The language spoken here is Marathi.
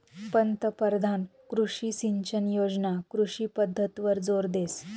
पंतपरधान कृषी सिंचन योजना कृषी पद्धतवर जोर देस